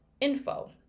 info